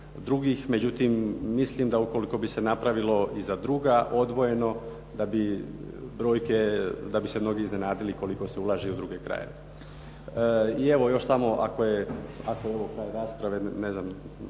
drugih. Međutim, mislim da ukoliko bi se napravilo i za druga odvojeno da bi se mnogi iznenadili koliko se ulaže i u druge krajeve. I evo još samo ako je ovo kraj rasprave, ne znam